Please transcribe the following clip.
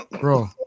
bro